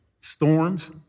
Storms